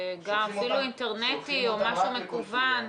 אפילו אינטרנטי או משהו מקוון.